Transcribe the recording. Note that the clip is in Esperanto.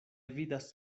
vidas